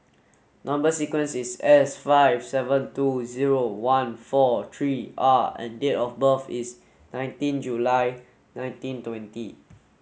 number sequence is S five seven two zero one four three R and date of birth is nineteen July nineteen twenty